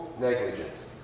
negligence